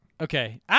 Okay